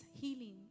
healing